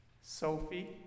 Sophie